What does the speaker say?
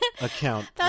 account